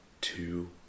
two